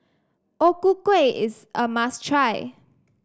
O Ku Kueh is a must try